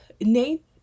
Nate